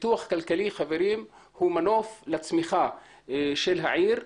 פיתוח כלכלי, חברים, הוא מנוף לצמיחה של העיר.